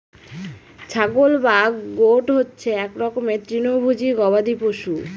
ছাগল বা গোট হচ্ছে এক রকমের তৃণভোজী গবাদি পশু